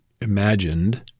imagined